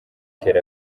tel